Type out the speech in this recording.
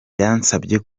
yansabye